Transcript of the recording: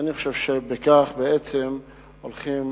ואני חושב שבכך בעצם הולכים